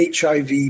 hiv